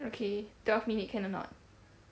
okay twelve minutes can or not